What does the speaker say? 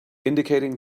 indicating